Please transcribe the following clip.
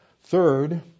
Third